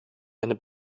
eine